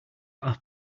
are